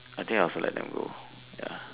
I think I will also let them go ya